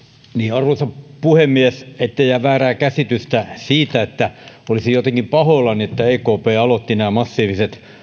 arvoisa puhemies ettei jää väärää käsitystä siitä että olisin jotenkin pahoillani että ekp aloitti nämä massiiviset